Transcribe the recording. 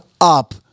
up